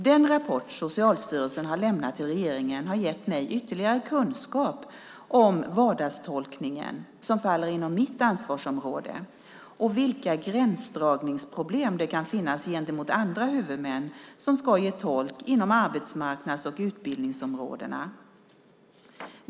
Den rapport Socialstyrelsen har lämnat till regeringen har gett mig ytterligare kunskap om vardagstolkningen som faller inom mitt ansvarsområde och vilka gränsdragningsproblem det kan finns gentemot andra huvudmän som ska ge tolk inom arbetsmarknads och utbildningsområdena.